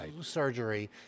surgery